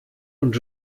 und